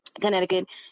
Connecticut